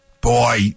Boy